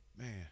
Man